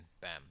bam